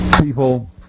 people